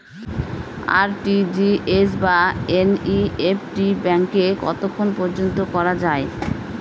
RTGS বা NEFT ব্যাংকে কতক্ষণ পর্যন্ত করা যায়?